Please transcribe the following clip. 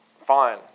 fine